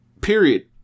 period